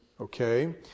Okay